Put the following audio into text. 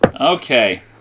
Okay